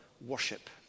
worship